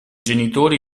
genitori